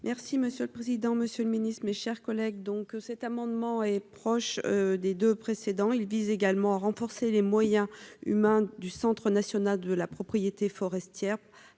Merci monsieur le président, Monsieur le Ministre, mes chers collègues, donc, cet amendement est proche des 2 précédents il vise également à renforcer les moyens humains du Centre national de la propriété forestière